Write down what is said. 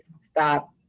stop